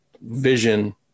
Vision